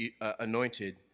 anointed